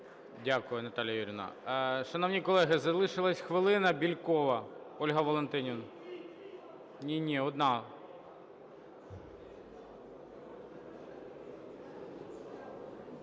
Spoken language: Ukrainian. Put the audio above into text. Дякую, Наталія Юріївна. Шановні колеги, залишилась хвилина. Бєлькова Ольга Валентинівна. Ні-ні, одна.